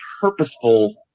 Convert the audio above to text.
purposeful